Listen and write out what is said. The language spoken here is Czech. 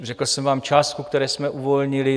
Řekl jsem vám částku, kterou jsme uvolnili.